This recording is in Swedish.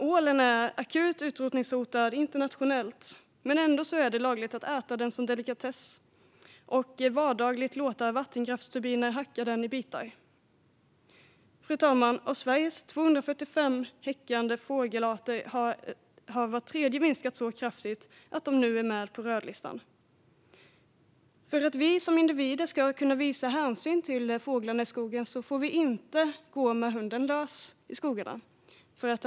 Ålen är akut utrotningshotad internationellt, men ändå är det lagligt att äta den som delikatess och att till vardags låta vattenkraftsturbiner hacka den i bitar. Fru talman! Av Sveriges 245 häckande fågelarter har var tredje minskat så kraftigt att de nu är med på rödlistan. Av hänsyn till de häckande fåglarna i skogen får vi som individer inte gå med hunden lös i skogarna.